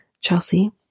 Chelsea